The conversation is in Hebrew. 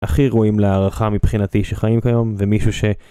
הכי ראויים להערכה מבחינתי שחיים היום ומישהו ש.